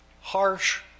harsh